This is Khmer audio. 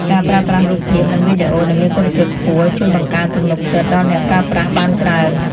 ការប្រើប្រាស់រូបភាពនិងវីដេអូដែលមានគុណភាពខ្ពស់ ជួយបង្កើនទំនុកចិត្តដល់អ្នកប្រើប្រាស់បានច្រើន។